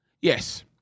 yes